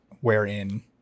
wherein